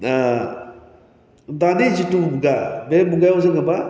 ना दानि जिथु मुगा बे मुगायाव जोङो मा